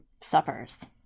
suppers